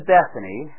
Bethany